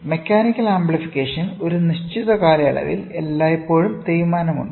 mechanical amplification ഒരു നിശ്ചിത കാലയളവിൽ എല്ലായ്പ്പോഴും തേയ്മാനം ഉണ്ട്